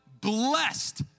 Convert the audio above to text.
blessed